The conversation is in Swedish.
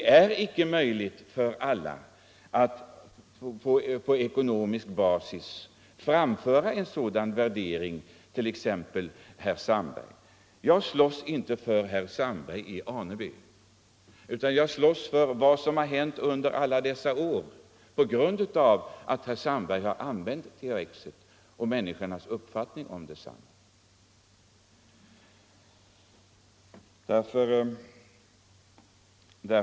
Det är icke ekonomiskt möjligt för enskilda, t.ex. herr Sandberg, att göra en sådan utvärdering. Jag slåss inte för herr Sandberg i Aneby, utan jag argumenterar med stöd av vad som har hänt under alla dessa år som herr Sandberg arbetat med THX och för de människors uppfattning som använt preparatet.